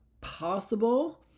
possible